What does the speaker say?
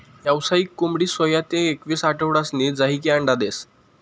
यावसायिक कोंबडी सोया ते एकवीस आठवडासनी झायीकी अंडा देस